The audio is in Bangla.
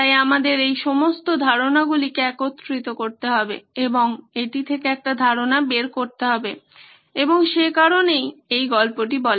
তাই আমাদের এই সমস্ত ধারণাগুলিকে একত্রিত করতে হবে এবং এটি থেকে একটি ধারণা বের করতে হবে এবং সে কারণেই এই গল্পটি বলা